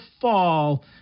fall